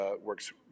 works